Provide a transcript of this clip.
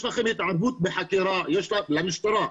יש לכם התערבות בחקירה, למשטרה.